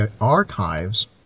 archives